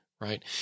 right